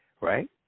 Right